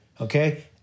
Okay